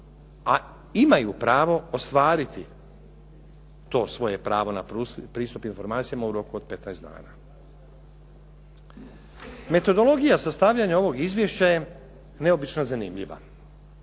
a imaju pravo ostvariti to svoje pravo na pristup informacijama u roku od 15 dana. Metodologija sastavljanja ovog izvješća je neobično zanimljiva.